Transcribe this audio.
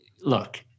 look